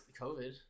covid